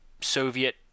Soviet